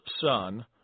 son